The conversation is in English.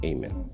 Amen